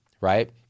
right